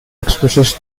expresses